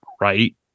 Right